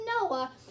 Noah